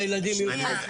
רגע, אני, שנייה.